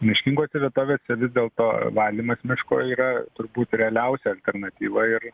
miškingose vietovėse vis dėlto valymas miško yra turbūt realiausia alternatyva ir